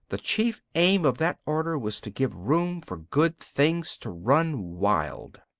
the chief aim of that order was to give room for good things to run wild.